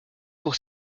pour